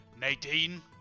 Nadine